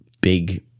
big